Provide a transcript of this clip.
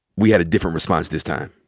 we had a different response this time?